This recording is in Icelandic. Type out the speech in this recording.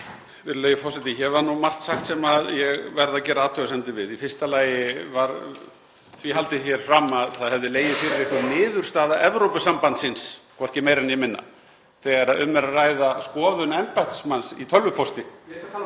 Virðulegi forseti. Hér var nú margt sagt sem ég verð að gera athugasemdir við. Í fyrsta lagi var því haldið fram að fyrir hefði legið einhver niðurstaða Evrópusambandsins, hvorki meira né minna, þegar um er að ræða skoðun embættismanns í tölvupósti.